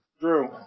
Drew